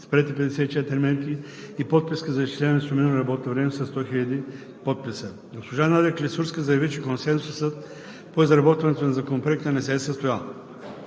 с приети 54 мерки и подписка за изчисляване на сумираното работното време със 100 000 подписа. Госпожа Надя Клисурска заяви, че консенсусът по изработването на Законопроекта не се е състоял.